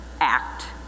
ACT